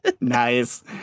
Nice